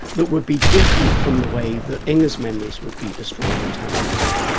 that would be different from the way that inge's memories would be destroyed and tampered with.